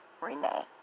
Renee